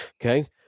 Okay